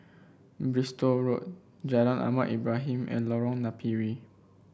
Bristol Road Jalan Ahmad Ibrahim and Lorong Napiri